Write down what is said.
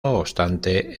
obstante